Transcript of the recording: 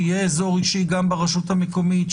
שיהיה אזור אישי גם ברשות המקומית,